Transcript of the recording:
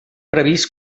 previst